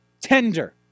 tender